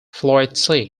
floyd